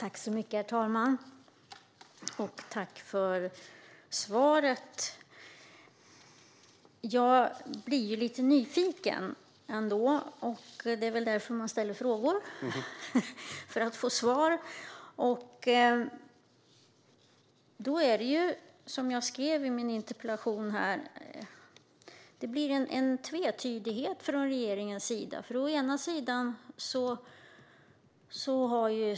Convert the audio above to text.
Herr talman! Tack, ministern, för svaret! Jag blir lite nyfiken, och man ställer väl frågor för att få svar. Som jag skrev i min interpellation finns en tvetydighet hos regeringen.